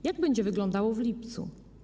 Jak będzie wyglądało w lipcu?